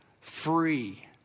free